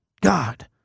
God